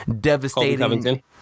devastating